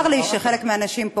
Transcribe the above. צר לי שחלק מהאנשים פה,